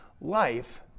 Life